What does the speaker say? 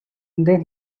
then